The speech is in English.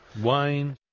Wine